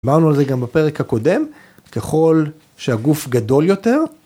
דיברנו על זה גם בפרק הקודם, ככל שהגוף גדול יותר.